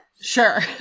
Sure